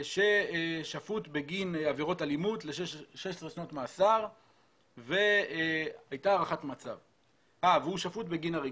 ששפוט בגין עבירות אלימות ל-16 שנות מאסר והוא שפוט בגין הריגה.